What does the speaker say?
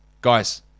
Guys